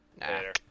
Later